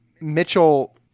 Mitchell